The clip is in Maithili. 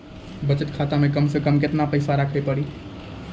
बचत खाता मे कम से कम केतना पैसा रखे पड़ी?